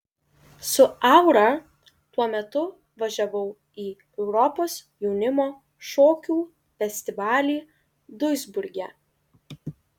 su aura tuo metu važiavau į europos jaunimo šokių festivalį duisburge